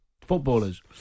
footballers